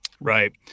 Right